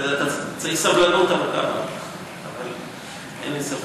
צריך סבלנות, אבל אין לי ספק.